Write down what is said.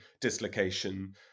dislocation